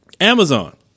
Amazon